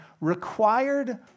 required